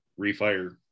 refire